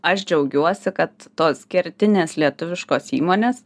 aš džiaugiuosi kad tos kertinės lietuviškos įmonės